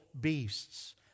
beasts